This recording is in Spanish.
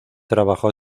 trabajó